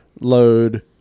load